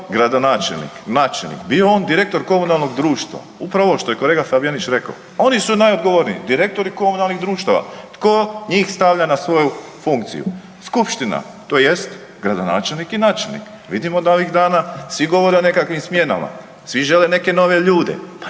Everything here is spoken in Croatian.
gradonačelnik, načelnik, bio on direktor komunalnog društva, upravo ovo što je kolega Fabijanić rekao, oni su najodgovorniji direktori komunalnih društava. Tko njih stavlja na svoju funkciju? Skupština tj. gradonačelnik i načelnik. Vidimo da ovih dana svi govore o nekakvim smjenama, svi žele neke nove ljude, pa